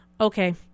Okay